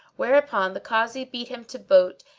whereupon the kazi beat him to boot,